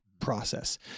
process